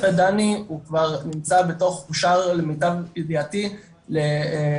מצפה דני הוא כבר נמצא בתוך אושר למיטב ידיעתי לתכנונית,